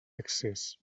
excés